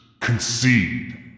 concede